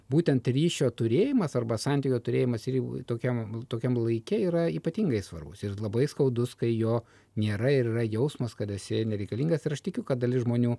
būtent ryšio turėjimas arba santykio turėjimas ir jau tokiam tokiam laike yra ypatingai svarbus ir labai skaudus kai jo nėra ir yra jausmas kad esi nereikalingas ir aš tikiu kad dalis žmonių